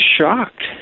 shocked